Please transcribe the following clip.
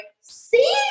see